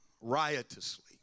riotously